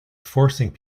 forcing